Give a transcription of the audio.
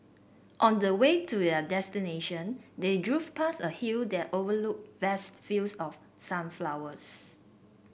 on the way to their destination they drove past a hill that overlooked vast fields of sunflowers